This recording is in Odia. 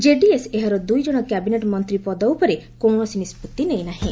ଜେଡିଏସ୍ ଏହାର ଦୁଇ ଜଣ କ୍ୟାବିନେଟ୍ ମନ୍ତ୍ରୀ ପଦ ଉପରେ କୌଣସି ନିଷ୍ପଭି ନେଇନାହିଁ